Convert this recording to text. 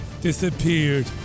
disappeared